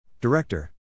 Director